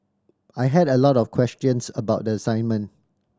I had a lot of questions about the assignment